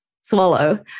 swallow